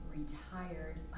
retired